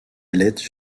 ailettes